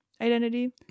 identity